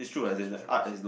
what he specialize in